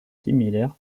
similaires